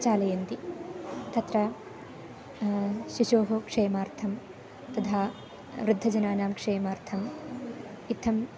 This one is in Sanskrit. चालयन्ति तत्र शिशोः क्षेमार्थं तथा वृद्धजनानां क्षेमार्थम् इत्थं